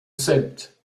celtes